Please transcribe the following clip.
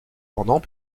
pendant